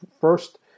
first